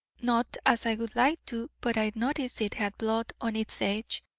not as i would like to, but i noticed it had blood on its edge,